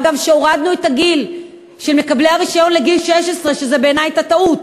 מה גם שהורדנו את הגיל לקבלת רישיון לגיל 16. בעיני זו הייתה טעות,